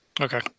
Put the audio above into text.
Okay